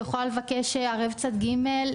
היא יכולה לבקש ערב צד ג'.